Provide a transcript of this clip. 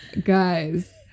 guys